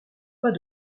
pas